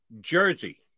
jersey